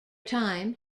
time